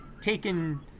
taken